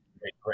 great